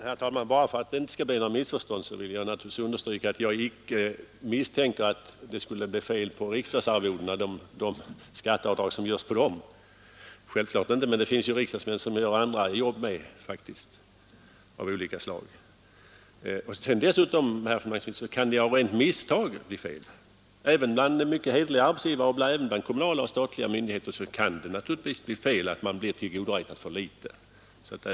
Herr talman! Bara för att det inte skall bli något missförstånd vill jag understryka att jag naturligtvis inte misstänker att det skulle bli fel på de skatteavdrag som sker på riksdagsarvodena. Det gör jag självfallet inte, men det finns faktiskt riksdagsmän som också har andra arbeten av olika slag. Dessutom kan det, herr finansminister, bli fel av rent misstag. Även hos kommunala och statliga myndigheter och hos andra mycket hederliga arbetsgivare kan det naturligtvis bli fel, så att man tillgodoräknas för litet avdrag för skatt.